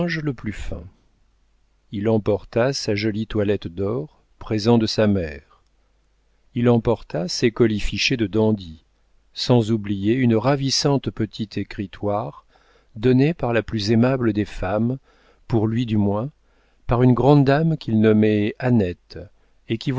le plus fin il emporta sa jolie toilette d'or présent de sa mère il emporta ses colifichets de dandy sans oublier une ravissante petite écritoire donnée par la plus aimable des femmes pour lui du moins par une grande dame qu'il nommait